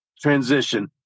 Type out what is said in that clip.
transition